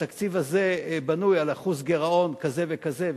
התקציב הזה בנוי על אחוז גירעון כזה וכזה,